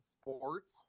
Sports